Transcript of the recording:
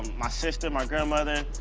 my sister, my grandmother,